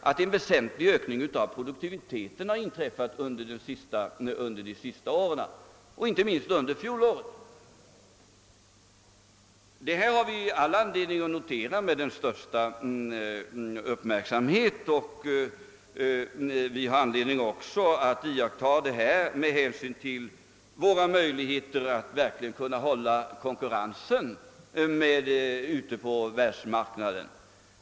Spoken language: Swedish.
En väsentlig ökning av produktiviteten har nämligen inträffat under de senaste åren och inte minst under fjolåret. Detta bör vi notera med största uppmärksamhet, inte minst med hänsyn till möjligheterna att verkligen behålla vår konkurrenskraft ute på världsmarknaden.